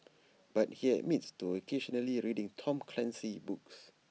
but he admits to occasionally reading Tom Clancy books